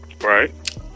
right